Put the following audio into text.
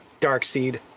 Darkseed